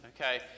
Okay